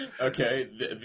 Okay